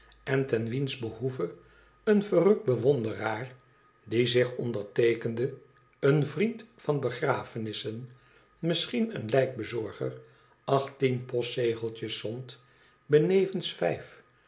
en ten wiens behoeve een verrukt bewonderaar die zich onderteekende een vriend van begrafenissen misschien een lijkbe zorger achttien postzegeltjes zond benevens vijf